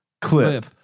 Clip